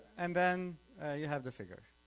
and then you have the figure.